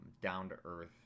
down-to-earth